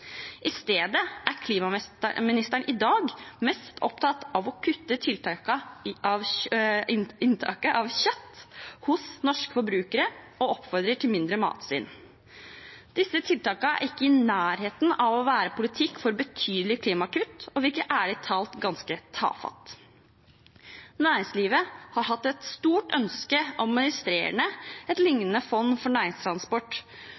I stedet er klimaministeren i dag mest opptatt av å kutte inntaket av kjøtt hos norske forbrukere og oppfordrer til mindre matsvinn. Disse tiltakene er ikke i nærheten av å være politikk for betydelige klimakutt og virker ærlig talt ganske tafatt. Næringslivet har hatt et stort ønske om å administrere et